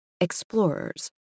Explorers